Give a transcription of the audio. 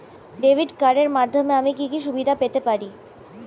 Debit কার্ডের মাধ্যমে আমি কি কি সুবিধা পেতে পারি?